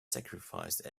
sacrificed